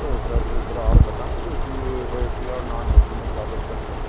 تو سر ذرا آپ بتائیں گے کہ اے سی اور نان اے سی میں کیا ڈیفرینس ہے